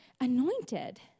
anointed